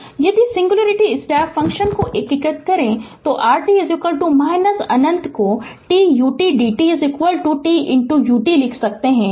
Refer Slide Time 1206 यदि singularity step function को एकीकृत करें तो rt अन्न्त को t ut d t t ut लिख सकते हैं